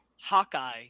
Hawkeye